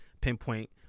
pinpoint